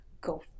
go